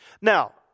Now